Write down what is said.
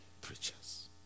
preachers